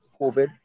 covid